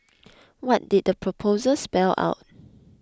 what did the proposal spell out